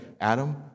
Adam